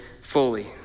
fully